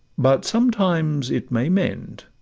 but sometimes it may mend,